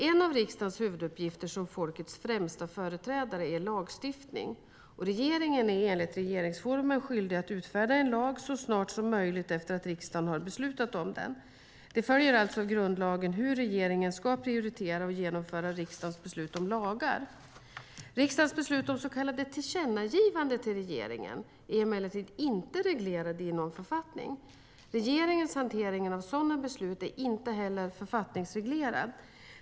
En av riksdagens huvuduppgifter som folkets främsta företrädare är lagstiftning, och regeringen är enligt regeringsformen skyldig att utfärda en lag så snart som möjligt efter att riksdagen har beslutat om den. Det följer alltså av grundlagen hur regeringen ska prioritera och genomföra riksdagens beslut om lagar. Riksdagens beslut om så kallade tillkännagivanden till regeringen är emellertid inte reglerade i någon författning. Regeringens hantering av sådana beslut är inte heller författningsreglerad.